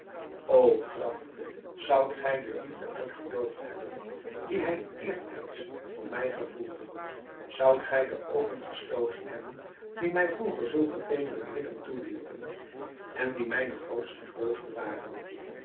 o graf zoudt gij de liefde uitgedoofd hebben die hij eertijds voor mij gevoelde zoudt gij de oogen gesloten hebben die mij vroeger zulke teedere blikken toewierpen en die mijne grootste vreugde waren